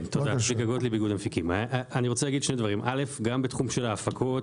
גם בתחום של ההפקות,